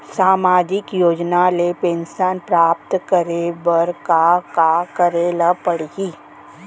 सामाजिक योजना ले पेंशन प्राप्त करे बर का का करे ल पड़ही?